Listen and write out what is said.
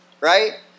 right